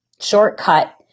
shortcut